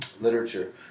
literature